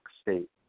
state